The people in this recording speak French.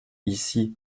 ici